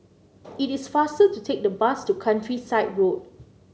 it is faster to take the bus to Countryside Road